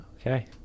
okay